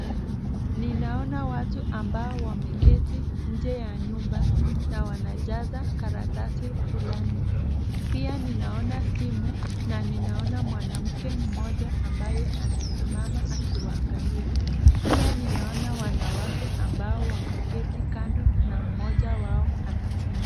Ninaona watu ambao wameketi nje ya nyumba na wanajaza karatasi fulani pia ninaona simu na ninaona mwanamke mmoja ambaye anasimama akiwaangalia, pia ninaona wanawake ambao wameketi kando na mmoja wao amesimama.